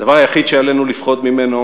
הדבר היחיד שעלינו לפחוד ממנו